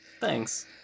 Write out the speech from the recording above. Thanks